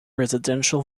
residential